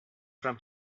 from